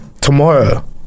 tomorrow